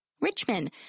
Richmond